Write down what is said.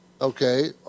okay